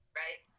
right